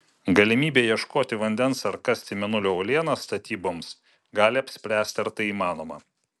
galimybė ieškoti vandens ar kasti mėnulio uolienas statyboms gali apspręsti ar tai įmanoma